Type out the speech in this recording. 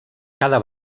cada